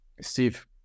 Steve